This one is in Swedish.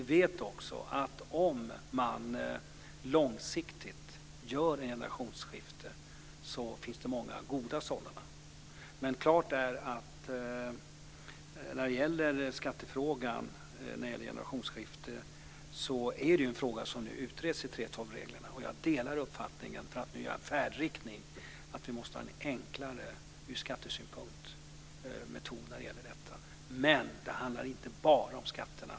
Vi vet också att det görs många goda generationsskiften på lång sikt. De s.k. 3:12-reglerna utreds nu. Jag delar uppfattningen att vi måste ha en enklare metod ur skattesynpunkt. Men det handlar inte bara om skatterna.